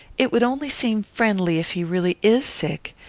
it would only seem friendly, if he really is sick.